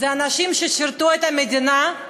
אנשים ששירתו את המדינה,